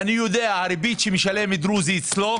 ואני יודע, הריבית שמשלם דרוזי אצלו